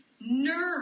nerve